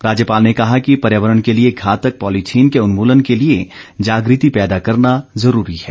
राज्यपाल ने कहा कि पयार्वरण के लिए घातक पॉलिथीन के उन्मूलन के लिए जागृति पैदा करना जरूरी है